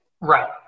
Right